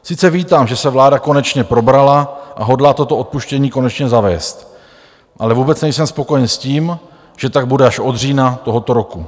Sice vítám, že se vláda konečně probrala a hodlá toto odpuštění konečně zavést, ale vůbec nejsem spokojen s tím, že tak bude až od října tohoto roku.